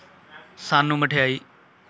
ਸਾਨੂੰ ਮਠਿਆਈ